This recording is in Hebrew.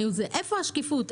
איפה השקיפות?